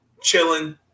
Chilling